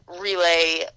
relay